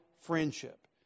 friendship